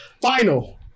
final